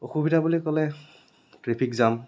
অসুবিধা বুলি ক'লে ট্ৰেফিক জাম